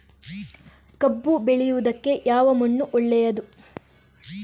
ಕಬ್ಬು ಬೆಳೆಯುವುದಕ್ಕೆ ಯಾವ ಮಣ್ಣು ಒಳ್ಳೆಯದು?